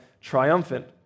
triumphant